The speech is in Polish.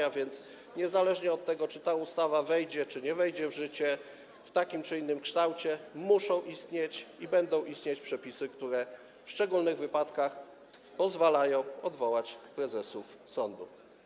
Tak więc niezależnie od tego, czy ta ustawa wejdzie w życie, czy nie, w takim czy w innym kształcie, muszą istnieć i będą istnieć przepisy, które w szczególnych wypadkach pozwalają odwołać prezesów sądu.